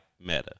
Meta